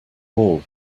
all